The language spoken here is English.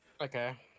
okay